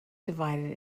divided